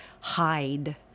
hide